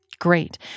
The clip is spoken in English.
Great